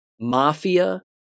Mafia